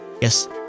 Yes